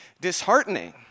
disheartening